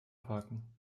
parken